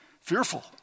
fearful